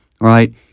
right